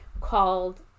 called